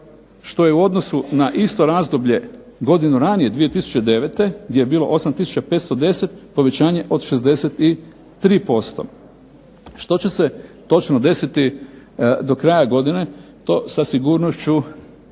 što je u odnosu na isto razdoblje godinu ranije, 2009. gdje je bilo 8510 povećanje od 63%. Što će se točno desiti do kraja godine, to sa sigurnošću